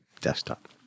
desktop